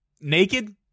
Naked